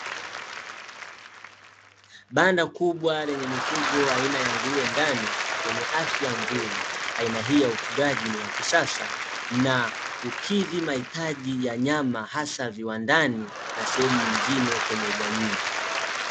Banda kubwa lenye mifugo aina ya nguruwe ndani, wenye afya nzuri; aina hii ya ufugaji ni wa kisasa na hukidhi mahitaji ya nyama hasa viwandani na sehemu nyingine kwenye jamii.